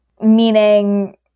meaning